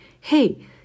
hey